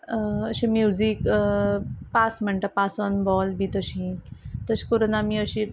अशें music pass म्हणटा pass on ball बी तशी तशें करून आमी अशी